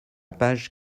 page